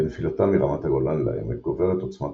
בנפילתה מרמת הגולן לעמק גוברת עוצמת